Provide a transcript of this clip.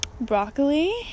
broccoli